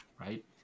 right